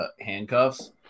handcuffs